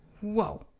Whoa